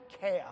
chaos